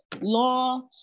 law